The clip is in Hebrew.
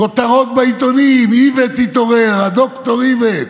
כותרות בעיתונים, איווט התעורר, הדוקטור איווט.